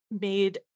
made